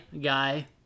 guy